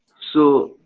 so,